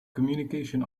communication